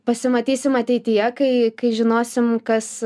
pasimatysim ateityje kai kai žinosim kas